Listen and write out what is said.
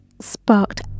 sparked